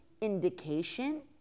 indication